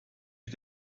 wie